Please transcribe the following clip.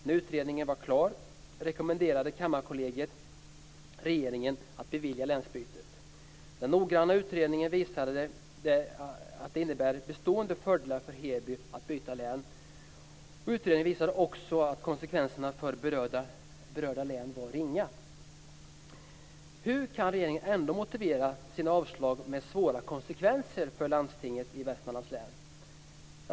När utredningen var klar rekommenderade Kammarkollegiet regeringen att bevilja länsbytet. Den noggranna utredningen visade att det innebär bestående fördelar för Heby att byta län, och utredningen visade också att konsekvenserna för berörda län var ringa. Hur kan regeringen ändå motivera sitt avslag med att ett länsbyte skulle få svåra konsekvenser för landstinget i Västmanlands län?